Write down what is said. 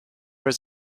was